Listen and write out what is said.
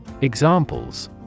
Examples